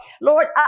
Lord